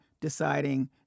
deciding